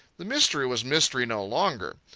the mystery was mystery no longer.